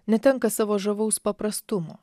netenka savo žavaus paprastumo